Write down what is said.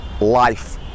life